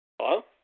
Hello